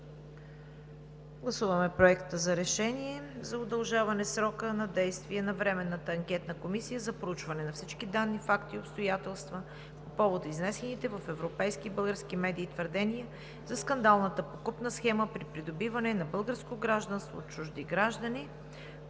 Гласуваме Проект за решение за удължаване срока на действие на Временната анкетна комисия за проучване на всички данни, факти и обстоятелства по повод изнесените в европейски и български медии твърдения за скандална подкупна схема при придобиване на българско гражданство от чужди граждани,